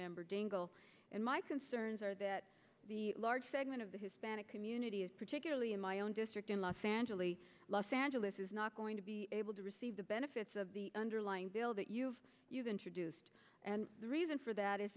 member dingell and my concerns are that the large segment of the hispanic communities particularly in my own district in los angeles los angeles is not going to be able to receive the benefits of the underlying bill that you've introduced and the reason for that is